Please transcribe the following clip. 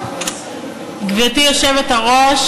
גברתי היושבת-ראש,